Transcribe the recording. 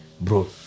Bro